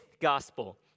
gospel